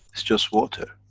it's just water.